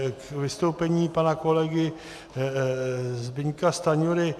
K vystoupení pana kolegy Zbyňka Stanjury.